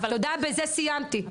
אבל --- תודה, בזה סיימתי.